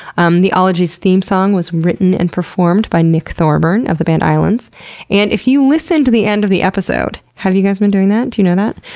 um the ologies theme song was written and performed by nick thorburn, of the band islands and if you listen to the end of the episode, have you guys been doing that? do you know that?